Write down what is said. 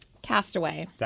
Castaway